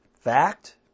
Fact